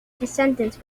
descendents